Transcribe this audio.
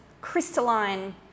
crystalline